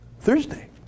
Thursday